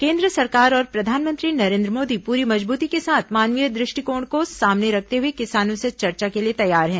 केन्द्र सरकार और प्रधानमंत्री नरेन्द्र मोदी पूरी मजबूती के साथ मानवीय दृष्टिकोण को सामने रखते हुए किसानों से चर्चा के लिए तैयार हैं